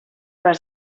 per